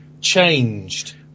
changed